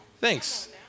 Thanks